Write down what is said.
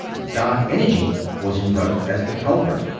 dark energy was invoked as the culprit.